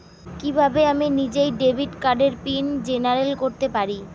কিভাবে আমি নিজেই ডেবিট কার্ডের পিন জেনারেট করতে পারি?